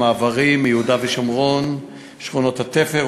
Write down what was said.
המעברים מיהודה ושומרון ושכונות התפר,